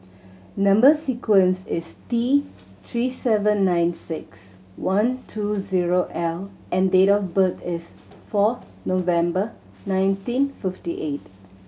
number sequence is T Three seven nine six one two zero L and date of birth is four November nineteen fifty eight